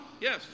Yes